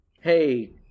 hey